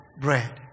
bread